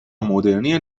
مدرنی